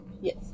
Yes